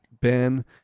ben